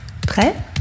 Prêt